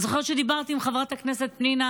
אני זוכרת שדיברתי עם חברת הכנסת פנינה